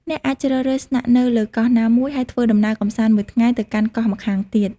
អ្នកអាចជ្រើសរើស ស្នាក់នៅលើកោះណាមួយ ហើយធ្វើដំណើរកម្សាន្តមួយថ្ងៃទៅកាន់កោះម្ខាងទៀត។